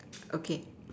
okay